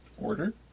Order